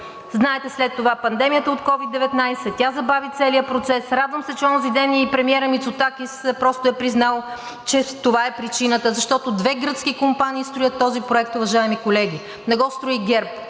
Знаете след това пандемията от COVID-19, тя забави целия процес. Радвам се, че онзиден и премиерът Мицотакис просто е признал, че това е причината, защото две гръцки компании строят този проект, уважаеми колеги. Не го строи ГЕРБ,